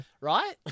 Right